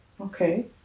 Okay